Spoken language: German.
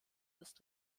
ist